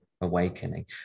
awakening